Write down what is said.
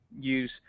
use